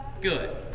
good